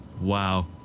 wow